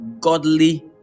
godly